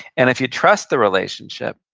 and if you trust the relationship,